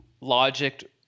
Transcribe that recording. logic